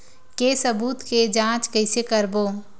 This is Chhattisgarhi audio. के सबूत के जांच कइसे करबो?